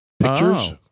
Pictures